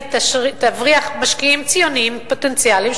היא תבריח משקיעים ציונים פוטנציאליים,